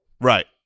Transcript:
Right